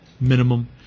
minimum